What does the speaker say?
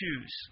Choose